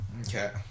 Okay